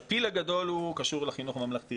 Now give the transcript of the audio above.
הפיל הגדול קשור לחינוך הממלכתי,